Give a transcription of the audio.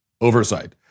oversight